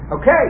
Okay